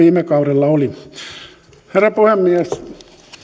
viime kaudella oli herra puhemies